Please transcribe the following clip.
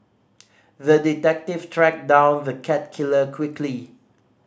the detective tracked down the cat killer quickly